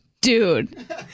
Dude